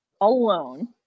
alone